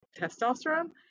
Testosterone